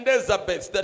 Elizabeth